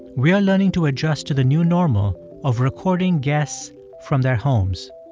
we are learning to adjust to the new normal of recording guests from their homes.